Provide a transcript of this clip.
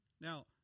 Now